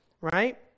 right